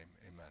amen